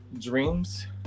dreams